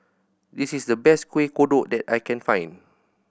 this is the best Kueh Kodok that I can find